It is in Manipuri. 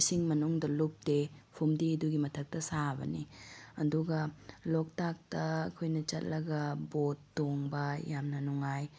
ꯏꯁꯤꯡ ꯃꯅꯨꯡꯗ ꯂꯨꯞꯇꯦ ꯐꯨꯝꯗꯤ ꯑꯗꯨꯒꯤ ꯃꯊꯛꯇ ꯁꯥꯕꯅꯤ ꯑꯗꯨꯒ ꯂꯣꯛꯇꯥꯛꯇ ꯑꯩꯈꯣꯏꯅ ꯆꯠꯂꯒ ꯕꯣꯠ ꯇꯣꯡꯕ ꯌꯥꯝꯅ ꯅꯨꯡꯉꯥꯏ